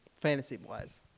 Fantasy-wise